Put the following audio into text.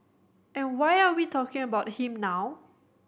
and why are we talking about him now